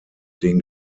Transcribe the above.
den